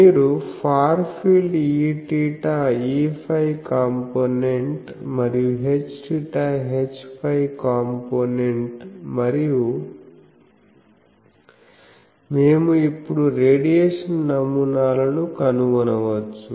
మీరు far field Eθ Eφకాంపోనెంట్ మరియు HθHφకాంపోనెంట్ మరియు మేము ఇప్పుడు రేడియేషన్ నమూనాలను కనుగొనవచ్చు